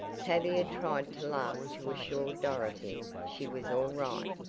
tavia tried to laugh to assure dorothy she was all right,